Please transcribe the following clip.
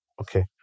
okay